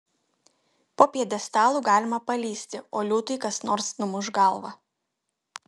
po pjedestalu galima palįsti o liūtui kas nors numuš galvą